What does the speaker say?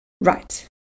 Right